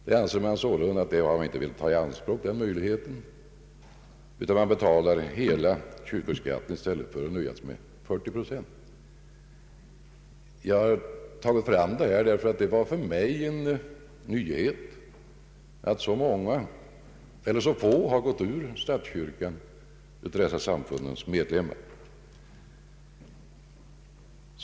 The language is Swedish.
Den möjligheten vill man alltså inte ta i anspråk, utan man betalar hela kyrkoskatten i stället för att slippa undan med 40 procent. Jag nämner detta därför att det för mig var en nyhet att så få av dessa samfunds medlemmar har gått ur statskyrkan.